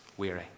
Weary